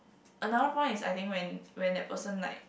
another point is I think when when that person like